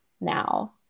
now